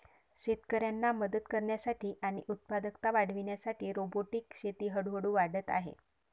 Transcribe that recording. शेतकऱ्यांना मदत करण्यासाठी आणि उत्पादकता वाढविण्यासाठी रोबोटिक शेती हळूहळू वाढत आहे